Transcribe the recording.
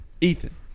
Ethan